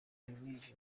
yimirije